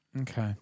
Okay